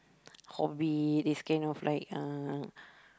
hobbit this kind of like uh